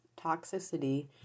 toxicity